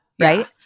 Right